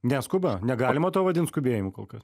neskuba negalima to vadint skubėjimu kol kas